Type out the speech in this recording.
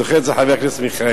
זוכר את זה חבר הכנסת מיכאלי.